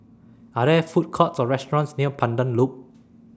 Are There Food Courts Or restaurants near Pandan Loop